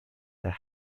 the